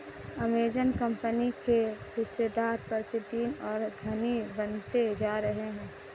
Amazon company के हिस्सेदार प्रतिदिन और धनी बनते जा रहे हैं